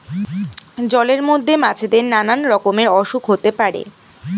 জলের মধ্যে মাছেদের নানা রকমের অসুখ হতে পারে